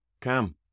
Cam